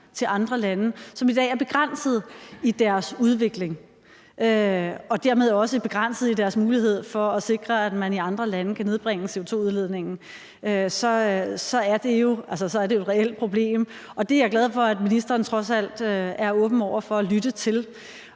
til andre lande, og som i dag er begrænset i deres udvikling og dermed også begrænset i deres mulighed for at sikre, at man i andre lande kan nedbringe CO2-udledningen, så er det jo et reelt problem. Det er jeg glad for at ministeren trods alt er åben over for at lytte til.